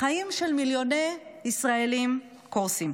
החיים של מיליוני ישראלים קורסים.